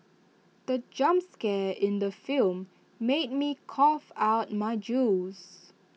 the jump scare in the film made me cough out my juice